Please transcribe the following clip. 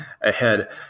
ahead